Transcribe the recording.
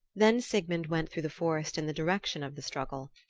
then sigmund went through the forest in the direction of the struggle.